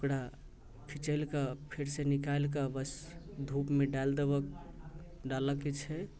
ओकरा खिँचैलके फेरसँ निकलि कऽ बस धूपमे डालि देबऽ डालयके छै